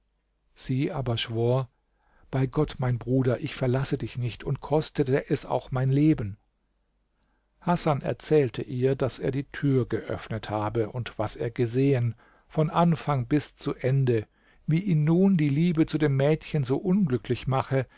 sie aber schwor bei gott mein bruder ich verlasse dich nicht und kostete es auch mein leben hasan erzählte ihr daß er die tür geöffnet habe und was er gesehen von anfang bis zu ende wie ihn nun die liebe zu dem mädchen so unglücklich mache